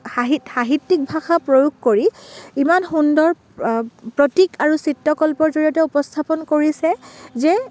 সাহি সাহিত্যিক ভাষা প্ৰয়োগ কৰি ইমান সুন্দৰ প্ৰতীক আৰু চিত্ৰকল্পৰ জৰিয়তে উপস্থাপন কৰিছে যে